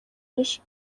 nyinshi